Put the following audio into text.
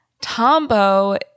Tombo